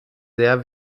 sehr